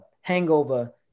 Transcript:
hangover